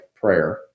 prayer